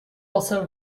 also